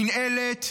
מינהלת,